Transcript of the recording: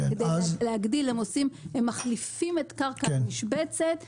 וכדי להגדיל הם מחליפים את קרקע המשבצת,